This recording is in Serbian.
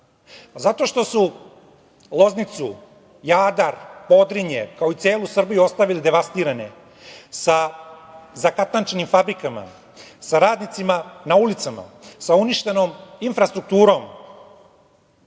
Zato što su Loznicu, Jadar, Podrinje, kao i celu Srbiju ostavili devastirane sa zakatančenim fabrikama, sa radnicima na ulicama, sa uništenom infrastrukturom.